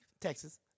Texas